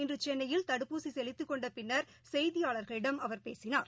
இன்றுசென்னையில் தடுப்பூசிசெலுத்திக் கொண்டபின்னர் செய்தியாளர்களிடம் அவர் பேசினார்